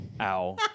ow